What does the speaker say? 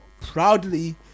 proudly